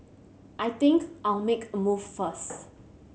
I think I'll make a move first